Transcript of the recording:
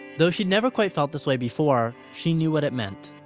though she'd never quite felt this way before, she knew what it meant.